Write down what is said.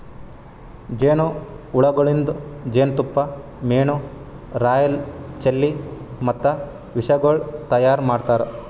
ಜೇನು ಹುಳಗೊಳಿಂದ್ ಜೇನತುಪ್ಪ, ಮೇಣ, ರಾಯಲ್ ಜೆಲ್ಲಿ ಮತ್ತ ವಿಷಗೊಳ್ ತೈಯಾರ್ ಮಾಡ್ತಾರ